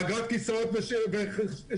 אגרת כיסאות ושולחנות,